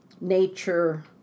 nature